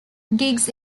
gigs